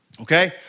Okay